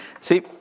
See